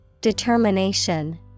Determination